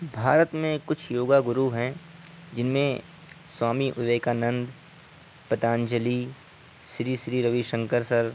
بھارت میں کچھ یوگا گرو ہیں جن میں سوامی اویویکانند پتانجلی سری سری روی شنکر سر